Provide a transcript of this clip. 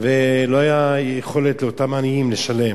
ולא היתה יכולת לאותם עניים לשלם.